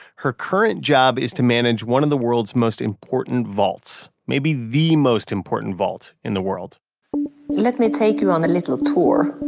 her current job is to manage one of the world's most important vaults, maybe the most important vault in the world let me take you on a little tour